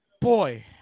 Boy